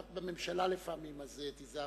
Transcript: לפעמים את בממשלה, אז תיזהרי.